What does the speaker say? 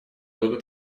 будут